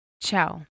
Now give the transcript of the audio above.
Ciao